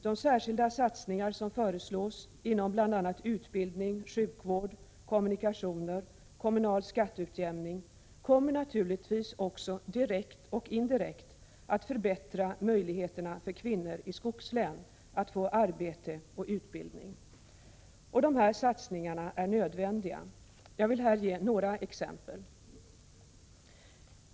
De särskilda satsningar som föreslås inom bl.a. utbildning, sjukvård, kommunikationer och kommunal skatteutjämning kommer naturligtvis också direkt och indirekt att förbättra möjligheterna för kvinnor i skogslän att få arbete och utbildning. Och dessa satsningar är nödvändiga. Jag vill här ge några exempel.